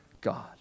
God